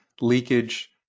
leakage